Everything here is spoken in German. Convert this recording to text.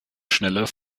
schneller